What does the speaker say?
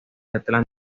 atlanta